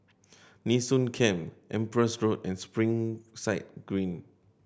Nee Soon Camp Empress Road and Springside Green